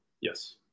Yes